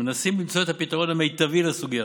מנסים למצוא את הפתרון המיטבי לסוגיה